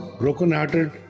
broken-hearted